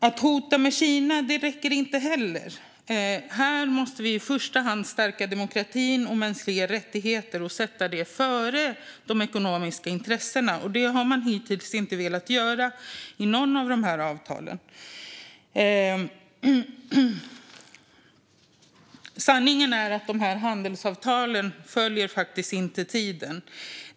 Att hota med Kina räcker inte heller. Här måste vi i första hand stärka demokrati och mänskliga rättigheter och sätta det före de ekonomiska intressena, och det har man hittills inte velat göra i något av avtalen. Sanningen är att handelsavtalen inte följer tiden.